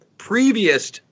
previous